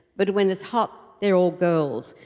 but when it's hot they are all girls,